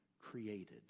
created